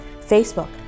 Facebook